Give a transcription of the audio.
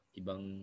ibang